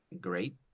great